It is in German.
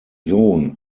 sohn